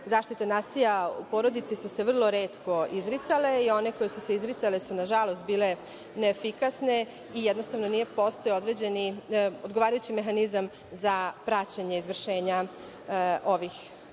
zaštite nasilja u porodici su se vrlo retko izricale i one koje su se izricale su nažalost bile neefikasne i jednostavno nije postojao odgovarajući mehanizam za praćenje izvršenja ovih